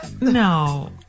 No